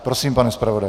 Prosím, pane zpravodaji.